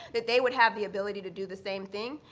that they would have the ability to do the same thing.